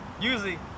Usually